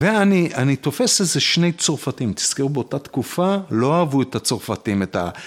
ואני תופס איזה שני צרפתים, תזכרו באותה תקופה, לא אהבו את הצרפתים את ה...